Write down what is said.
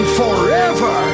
forever